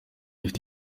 ifite